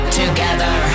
together